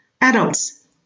adults